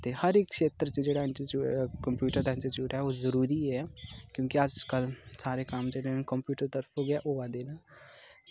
ते हर इक क्षेत्र च जेह्ड़ा इंस्टीट्यूट कंप्यूटर इंस्टीट्यूट ऐ ओह् जरूरी ऐ क्योंकि अस सारे कम्म जेह्ड़े न ओह् कंप्यूटर तरफ गै होऐ दे न